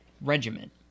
regiment